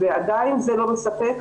עדיין זה לא מספק,